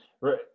Right